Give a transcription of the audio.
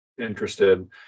interested